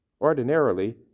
Ordinarily